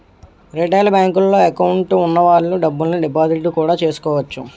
retail బేంకుల్లో account వున్న వాళ్ళు డబ్బుల్ని డిపాజిట్టు కూడా చేసుకోవచ్చు